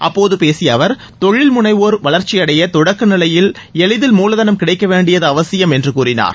அப்போது பேசிய அவர் தொழில்முனைவோர் வளர்ச்சியை தொடக்க நிலையில் எளிதில் மூலதனம் கிடைக்க வேண்டியது அவசியம் என்று கூறினார்